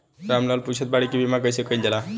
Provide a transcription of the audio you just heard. राम लाल पुछत बाड़े की बीमा कैसे कईल जाला?